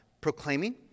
proclaiming